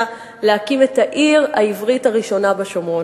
להקים את העיר העברית הראשונה בשומרון.